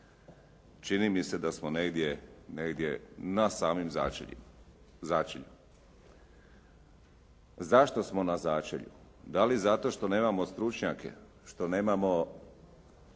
čini mi se da smo negdje, negdje na samim začeljima, začelju. Zašto smo na začelju? Da li zato što nemamo stručnjake? Što nemamo